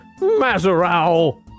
Mazarow